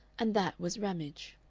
and that was ramage.